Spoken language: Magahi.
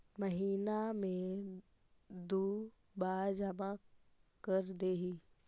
महिना मे दु बार जमा करदेहिय?